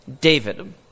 David